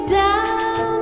down